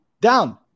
down